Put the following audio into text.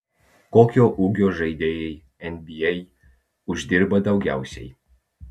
kokio ūgio žaidėjai nba uždirba daugiausiai